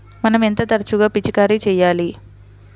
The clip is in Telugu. మనం ఎంత తరచుగా పిచికారీ చేయాలి?